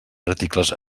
articles